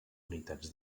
unitats